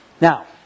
Now